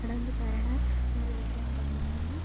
କାଢ଼ନ୍ତୁ କାରଣ ମୋର exam time ହେଇଗଲାଣି